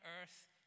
earth